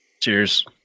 Cheers